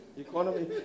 economy